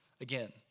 again